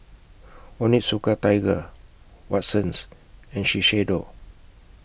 Onitsuka Tiger Watsons and Shiseido